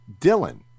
Dylan